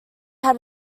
had